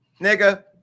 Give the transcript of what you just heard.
nigga